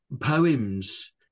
poems